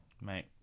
Mate